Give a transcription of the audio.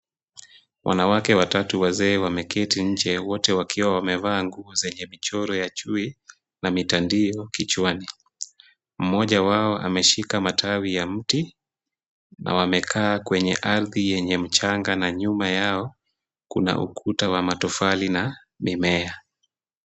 Wanawake watatu wazee wameketi nje wote wakiwa wamevaa nguo zenye michoro ya chui na mitandio vichwani. Mmoja wao ameshika matawi ya mti na wamekaa kwenye ardhi yenye mchanga na nyuma yao kuna ukuta wa matofali na mimea.